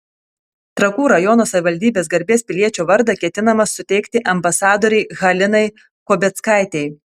trakų rajono savivaldybės garbės piliečio vardą ketinama suteikti ambasadorei halinai kobeckaitei